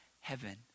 heaven